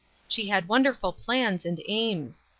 she had wonderful plans and aims.